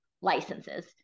licenses